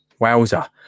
Wowza